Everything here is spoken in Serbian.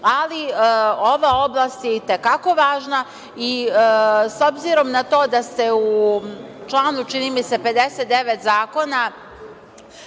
ali ova oblast je i te kako važna i s obzirom na to da ste u članu, čini mi se, 59. zakona